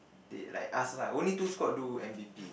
they like ask lah only two squad do n_d_p